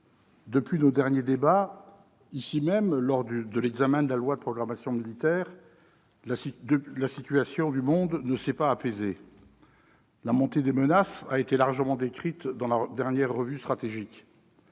depuis nos derniers débats, ici même, lors de l'examen de la loi de programmation militaire, la situation du monde ne s'est pas apaisée. La montée des menaces a été largement décrite dans la dernière Revue stratégique.